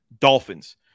Dolphins